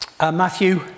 Matthew